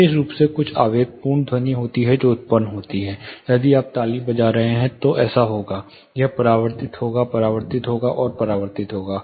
विशेष रूप से कुछ आवेगपूर्ण ध्वनि होती है जो उत्पन्न होती है यदि आप ताली बजा रहे हैं तो ऐसा होगा यह परावर्तित होगा परावर्तित होगा और परावर्तित होगा